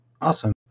awesome